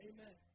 Amen